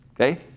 Okay